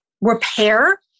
repair